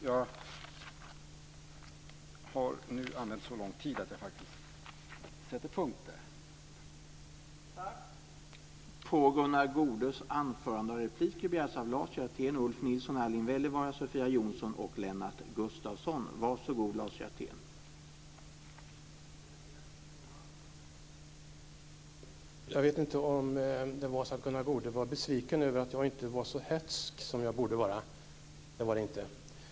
Nu har jag använt så lång tid att jag faktiskt sätter punkt där.